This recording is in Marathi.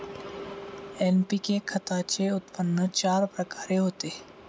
एन.पी.के खताचे उत्पन्न चार प्रकारे होते